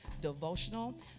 devotional